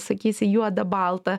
sakysi juoda balta